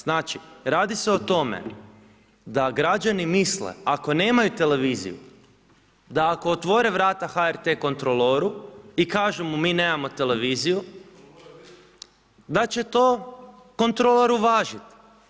Znači radi se o tome da građani misle ako nemaju televiziju, da ako otvore vrata HRT kontroloru i kažu mu mi nemamo televiziju, da će to kontrolor uvažiti.